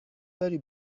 داری